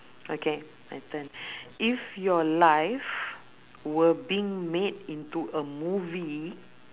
okay my turn if your life were being made into a movie